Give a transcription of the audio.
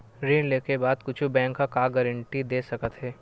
ऋण लेके बाद कुछु बैंक ह का गारेंटी दे सकत हे?